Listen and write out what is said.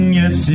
yes